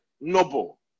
noble